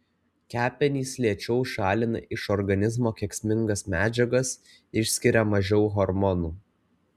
kepenys lėčiau šalina iš organizmo kenksmingas medžiagas išskiria mažiau hormonų